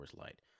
Light